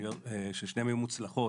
ששתיהן היו מוצלחות.